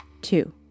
two